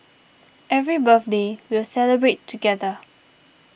every birthday we'll celebrate together